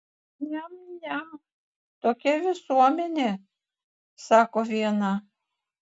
niam niam tokia visuomenė sako viena